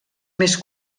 més